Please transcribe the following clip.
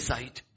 Sight